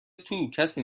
توکسی